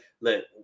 look